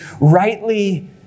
rightly